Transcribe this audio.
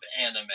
anime